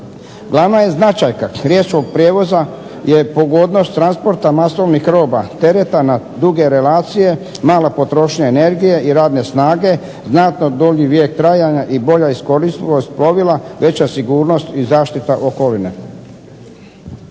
Glavna je značajka riječkog prijevoza je pogodnost transporta masovnih roba, tereta na duge relacije, mala potrošnja energije i radne snage, znatno dulji vijek trajanja i bolja iskoristivost plovila, veća sigurnost i zaštita okoline.